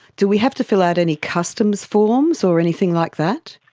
do we have to fill out any customs forms or anything like that?